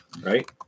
right